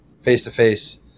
face-to-face